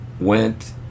went